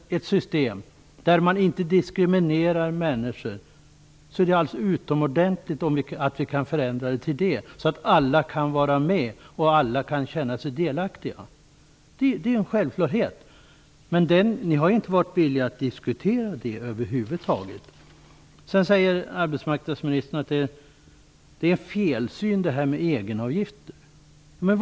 Arbetsmarknadsministern säger vidare att det är fel med egenavgifter.